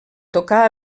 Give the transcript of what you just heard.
tocar